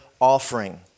offering